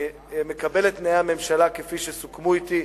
אני מקבל את תנאי הממשלה כפי שסוכמו אתי,